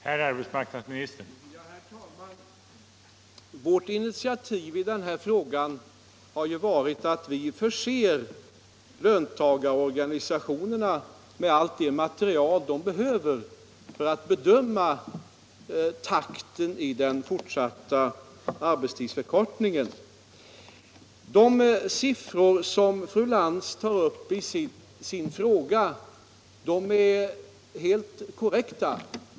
Herr talman! Vårt initiativ i den här frågan har varit att förse löntagarorganisationerna med allt det material de behöver för att bedöma takten för den fortsatta arbetstidsförkortningen. De siffror fru Lantz tar upp i sin fråga är helt korrekta.